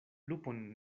lupon